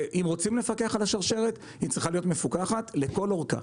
אם רוצים לפתח את השרשרת היא צריכה להיות מפוקחת לכל אורכה.